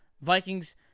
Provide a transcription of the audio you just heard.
Vikings